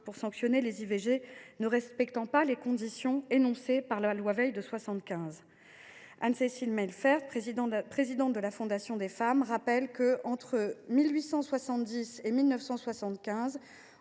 pour sanctionner les IVG ne respectant pas les conditions énoncées par la loi Veil de 1975. Anne Cécile Mailfert, présidente de la Fondation des femmes, le rappelle :« Entre 1870 et 1975,